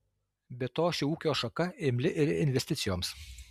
be to ši ūkio šaka imli ir investicijoms